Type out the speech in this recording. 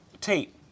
tape